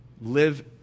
live